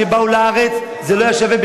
כשהם באו לארץ זה לא היה שווה,